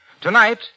Tonight